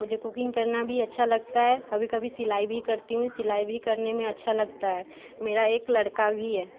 मुझे कुकिंग करना भी अच्छा लगता है कभी कभी सिलाई भी करती हूँ सिलाई भी करने में अच्छा लगता है मेरा एक लड़का भी है